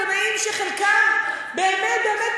עיתונאים שחלקם באמת באמת,